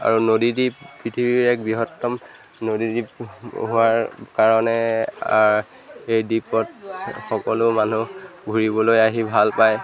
আৰু নদীদ্বীপ পৃথিৱীৰ এক বৃহত্তম নদীদ্বীপ হোৱাৰ কাৰণে এই দ্বীপত সকলো মানুহ ঘূৰিবলৈ আহি ভাল পায়